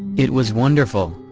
it was wonderful,